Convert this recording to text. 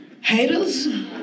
haters